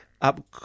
up